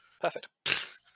Perfect